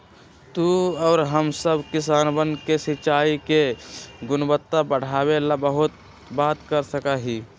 तू और हम सब किसनवन से सिंचाई के गुणवत्ता बढ़ावे ला बात कर सका ही